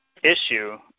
issue